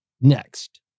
next